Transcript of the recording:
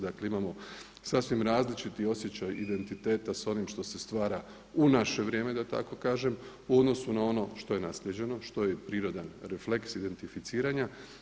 Dakle imamo sasvim različiti osjećaj identiteta s onim što se stvara u naše vrijeme da tako kažem u odnosu na ono što je naslijeđeno, što je i prirodan refleks identificiranja.